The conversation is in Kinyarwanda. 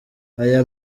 aya